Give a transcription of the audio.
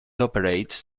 operates